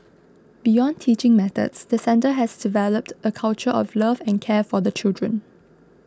beyond teaching methods the centre has developed a culture of love and care for the children